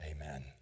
Amen